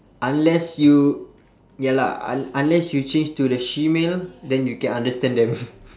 unless you ya lah un~ unless you change to the shemale then you can understand them